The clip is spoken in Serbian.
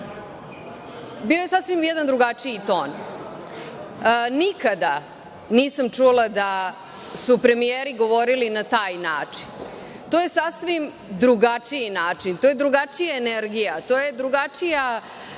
bio jedan sasvim drugačiji ton. Nikada nisam čula da su premijeri govorili na taj način. To je sasvim drugačiji način, to je drugačija energija, to je drugačija,